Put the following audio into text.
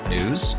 News